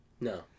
No